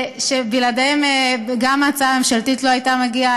שבלעדיהם גם ההצעה הממשלתית לא הייתה מגיעה.